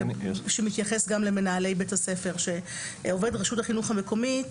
שמתייחס גם למנהלי בית הספר; עובד הרשות החינוך המקומית